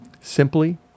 Simply